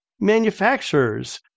manufacturers